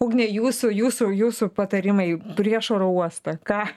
ugne jūsų jūsų jūsų patarimai prieš oro uostą ką